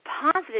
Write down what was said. positive